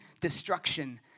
destruction